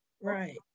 right